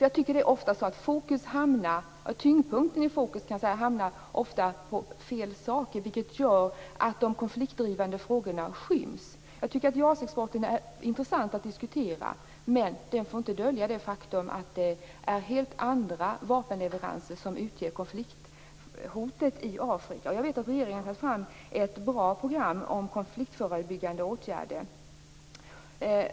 Jag tycker att tyngdpunkten i fokus ofta hamnar på fel saker, vilket gör att de konfliktdrivande frågorna skyms. Jag tycker att JAS-exporten är intressant att diskutera, men den får inte dölja det faktum att det är helt andra vapenleveranser som utgör konflikthotet i Afrika. Jag vet att regeringen har tagit fram ett bra program om konfliktförebyggande åtgärder.